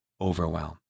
overwhelm